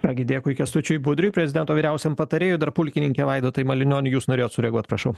ką gi dėkui kęstučiui budriui prezidento vyriausiam patarėju dar pulkininke vaidotai malinioni jūs norėjot sureaguot prašau